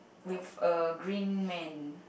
with a green man